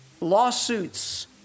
lawsuits